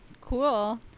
Cool